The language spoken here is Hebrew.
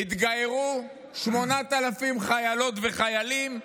התגיירו 8,000 חיילות וחיילים,